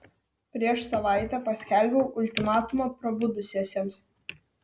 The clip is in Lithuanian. prieš savaitę paskelbiau ultimatumą prabudusiesiems